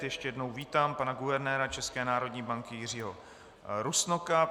Ještě jednou vítám pana guvernéra České národní banky Jiřího Rusnoka.